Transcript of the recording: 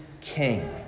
king